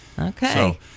Okay